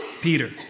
Peter